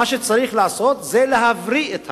מה שצריך זה להבריא את המועצה,